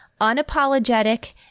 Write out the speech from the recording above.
unapologetic